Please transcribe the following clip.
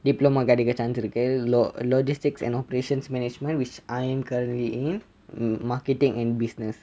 diploma கிடைக்க:kidaikka chance இருக்கு:irukku logistic and operations management which I am currently in marketing and business